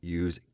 use